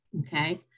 okay